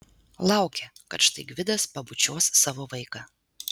laukė kad štai gvidas pabučiuos savo vaiką